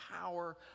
power